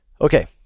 Okay